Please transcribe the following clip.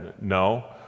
no